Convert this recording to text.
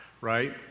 right